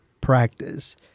practice